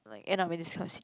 like end up in this kind of si~